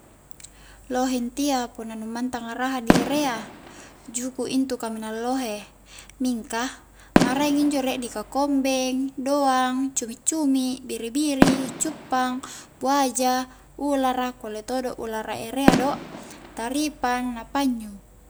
Lohe intia punna nu mantanga raha di erea juku' intu kaminang lohe mingka maraeng injo riek dikua kombeng, doang, cumi-cumi, biri-biri, cuppang, buaja, ulara kulle todo ulara erea do taripang na panyyu